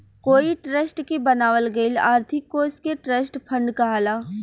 कोई ट्रस्ट के बनावल गईल आर्थिक कोष के ट्रस्ट फंड कहाला